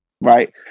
right